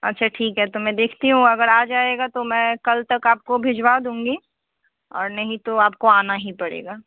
अच्छा ठीक है तो मैं देखती हूँ अगर आ जाएगा तो मैं कल तक आपको भिजवा दूँगी और नहीं तो आपको आना ही पड़ेगा